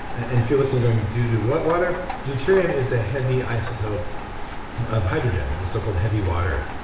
and a few listening going due to what water, deuterium is a heavy isotope of hydrogen, the so-called heavy water.